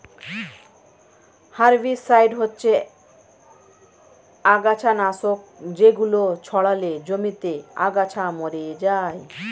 herbicide হচ্ছে আগাছানাশক যেগুলো ছড়ালে জমিতে আগাছা মরে যায়